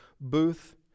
booth